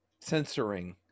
censoring